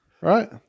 Right